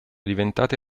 diventate